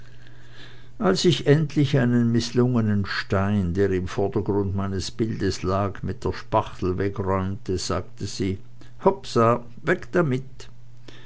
als ich endlich einen mißlungenen stein der im vordergrunde meines bildes lag mit der spachtel wegräumte sagte sie hopsa weg damit